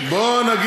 בוא נתחיל מזה,